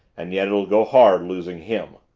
and yet it'll go hard losing him